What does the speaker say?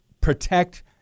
protect